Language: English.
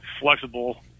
flexible